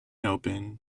open